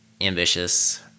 ambitious